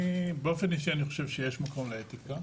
אני באופן אישי חושב שיש מקום לאתיקה,